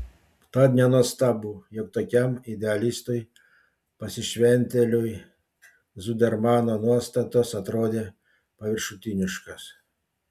tad nenuostabu jog tokiam idealistui pasišventėliui zudermano nuostatos atrodė paviršutiniškos